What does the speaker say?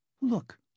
Look